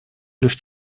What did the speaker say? лишь